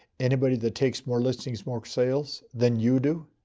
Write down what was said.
anybody that takes more listings, more sales than you do?